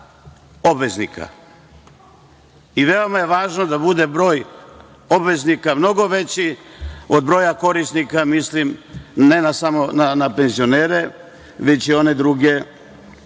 Veoma je važno da bude broj obveznika mnogo veći od broja korisnika, ne mislim samo na penzionere, već i one druge koji nisu